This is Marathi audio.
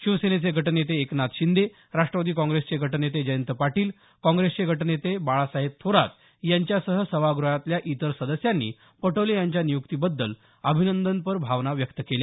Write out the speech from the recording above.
शिवसेनेचे गटनेते एकनाथ शिंदे राष्ट्रवादी काँग्रेसचे गटनेते जयंत पाटील काँग्रेसचे गटनेते बाळासाहेब थोरात यांच्यासह सभागृहातल्या इतर सदस्यांनी पटोले यांच्या निय्क्तीबद्दल अभिनंदनपर भावना व्यक्त केल्या